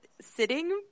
Sitting